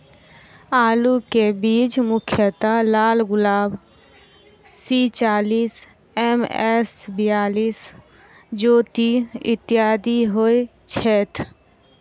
आलु केँ बीज मुख्यतः लालगुलाब, सी चालीस, एम.एस बयालिस, ज्योति, इत्यादि होए छैथ?